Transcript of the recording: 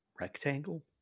rectangle